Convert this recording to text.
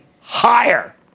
higher